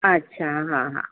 अच्छा हां हां